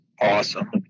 awesome